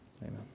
Amen